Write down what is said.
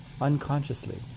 unconsciously